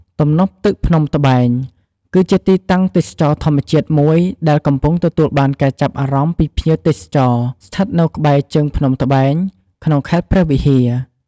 ទំនប់ទឹកភ្នំត្បែង គឺជាទីតាំងទេសចរណ៍ធម្មជាតិមួយដែលកំពុងទទួលបានការចាប់អារម្មណ៍ពីភ្ញៀវទេសចរណ៍ ស្ថិតនៅក្បែរជើង ភ្នំត្បែង ក្នុងខេត្តព្រះវិហារ។